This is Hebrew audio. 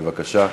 בבקשה.